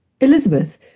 Elizabeth